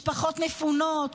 משפחות מפונות,